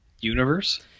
Universe